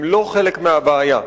הם לא חלק מהבעיה.